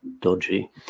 dodgy